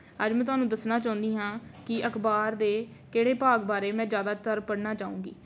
ਅੱਜ ਮੈਂ ਤੁਹਾਨੂੰ ਦੱਸਣਾ ਚਾਹੁੰਦੀ ਹਾਂ ਕਿ ਅਖਬਾਰ ਦੇ ਕਿਹੜੇ ਭਾਗ ਬਾਰੇ ਮੈਂ ਜ਼ਿਆਦਾਤਰ ਪੜ੍ਹਨਾ ਚਾਹੂੰਗੀ